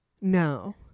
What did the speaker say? No